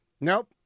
Nope